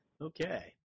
Okay